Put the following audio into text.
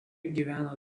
gyveno